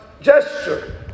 gesture